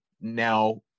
now